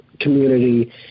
community